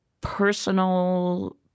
personal